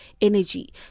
energy